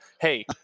hey